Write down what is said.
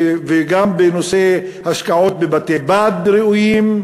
וגם בנושא השקעות בבתי-בד ראויים,